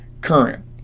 current